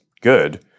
good